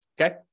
okay